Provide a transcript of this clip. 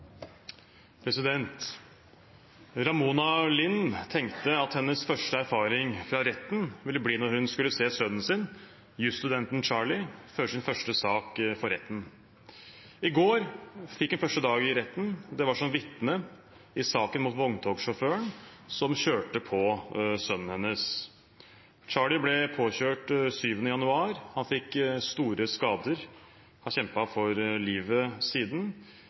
Ramona Lind tenkte at hennes første erfaring fra retten ville bli når hun skulle se sønnen sin, jusstudenten Charlie, føre sin første sak for retten. I går fikk hun sin første dag i retten. Det var som vitne i saken mot vogntogsjåføren som kjørte på sønnen hennes. Charlie ble påkjørt den 7. januar, han fikk store skader og har kjempet for livet siden.